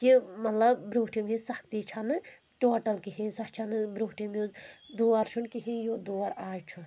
کہِ مطلب برٛوٗنٹھِم ہِش سختی چھَنہٕ ٹوٹل کِہیٖنۍ سۄ چھَنہٕ بروٗنٛٹھم ہِش دور چھُنہٕ کِہیٖنۍ یُتھ دور آز چھُ